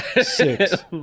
six